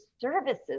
services